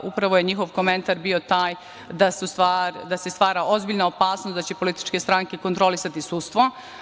Upravo je njihov komentar bio taj da se stvara ozbiljna opasnost da će političke stranke kontrolisati sudstvo.